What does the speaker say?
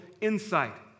insight